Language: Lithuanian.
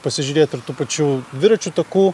pasižiūrėt ir tų pačių dviračių takų